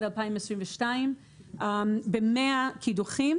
ב-100 קידוחים.